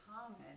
common